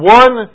one